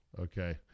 Okay